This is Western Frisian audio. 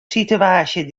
situaasje